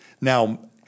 Now